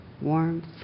Warmth